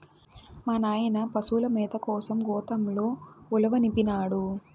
మా నాయన పశుల మేత కోసం గోతంతో ఉలవనిపినాడు